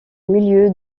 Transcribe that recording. milieu